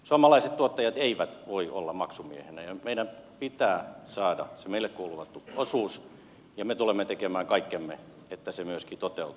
suomalaiset tuottajat eivät voi olla maksumiehinä ja meidän pitää saada se meille kuuluva osuus ja me tulemme tekemään kaikkemme että se myöskin toteutuu